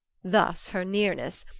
thus her nearness,